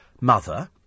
mother